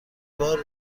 بار